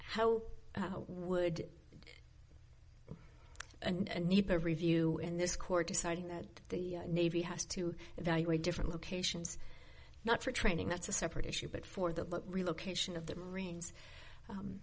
how would and need to review in this court deciding that the navy has to evaluate different locations not for training that's a separate issue but for the relocation of the marines